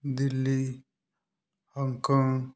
Delhi Hong Kong